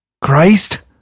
Christ